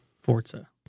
Forza